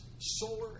solar